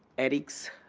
etics,